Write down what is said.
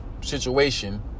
situation